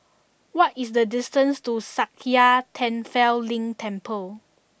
what is the distance to Sakya Tenphel Ling Temple